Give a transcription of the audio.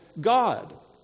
God